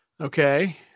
okay